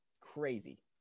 Crazy